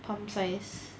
palm size